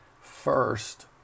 first